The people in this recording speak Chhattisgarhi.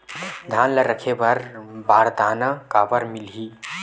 धान ल रखे बर बारदाना काबर मिलही?